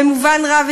במובן רב,